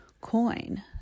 Coin